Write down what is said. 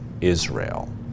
Israel